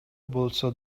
болсо